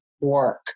work